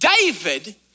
David